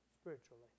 spiritually